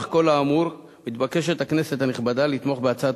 נוכח כל האמור מתבקשת הכנסת הנכבדה לתמוך בהצעת